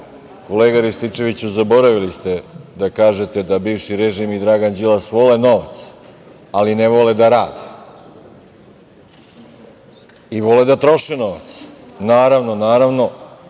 Kolega Rističeviću, zaboravili ste da kažete da bivši režim i Dragan Đilas vole novac, ali ne vole da rade i vole da troše novac, naravno